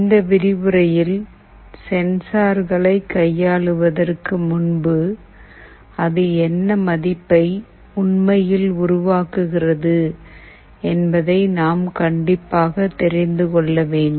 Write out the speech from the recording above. இந்த விரிவுரையில் சென்சார்களை கையாளுவதற்கு முன்பு அது என்ன மதிப்பை உண்மையில் உருவாக்குகிறது என்பதை நாம் கண்டிப்பாக தெரிந்து கொள்ள வேண்டும்